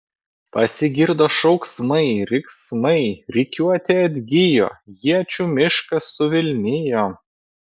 pasigirdo šauksmai riksmai rikiuotė atgijo iečių miškas suvilnijo